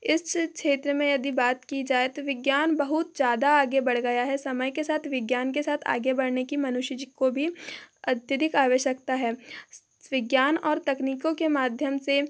इस क्षेत्र में यदि बात की जाए तो विज्ञान बहुत ज़्यादा आगे बढ़ गया है समय के साथ विज्ञान के साथ आगे बढ़ने की मनुष्य को भी अत्यधिक आवश्यकता है विज्ञान और तकनीकों के माध्यम से